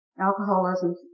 Alcoholism